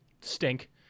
stink